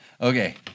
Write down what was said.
Okay